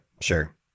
sure